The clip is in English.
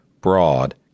broad